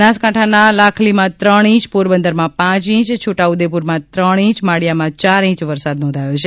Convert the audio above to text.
બનાસકાંઠાના લાખલીમાં ત્રણ ઇંચ પોરબંદરમાં પાંચ ઇંચ છોટા ઉદેપુરમાં ત્રણ ઇંચ માળિયામાં ચાર ઇંચ વરસાદ નોંધાયો છે